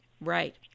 Right